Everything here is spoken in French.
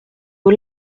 vos